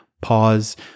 pause